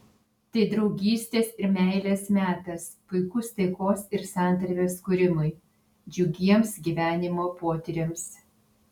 tai draugystės ir meilės metas puikus taikos ir santarvės kūrimui džiugiems gyvenimo potyriams